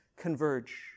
converge